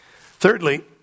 Thirdly